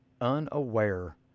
unaware